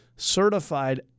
Certified